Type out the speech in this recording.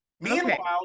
Meanwhile